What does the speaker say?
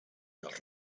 dels